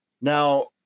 Now